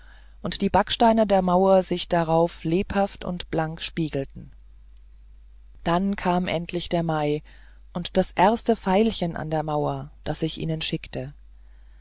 und die backsteine der mauer sich darauf lebhaft und blank spiegelten dann kam endlich der mai und das erste veilchen an der mauer das ich ihnen schickte